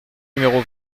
numéro